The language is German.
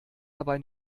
dabei